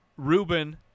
Ruben